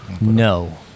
No